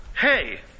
Hey